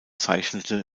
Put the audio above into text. zeichnete